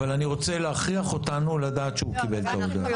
אבל אני רוצה להכריח אותנו לדעת שהוא קיבל את ההודעה.